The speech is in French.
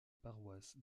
paroisse